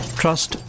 trust